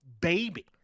baby